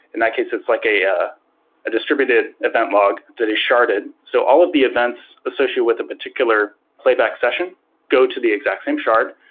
in that cases, it's like a ah distributed event log that is sharded. so all of the events associated with the particular playback session go to the exact same shard,